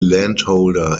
landholder